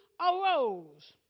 arose